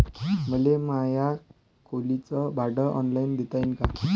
मले माया खोलीच भाड ऑनलाईन देता येईन का?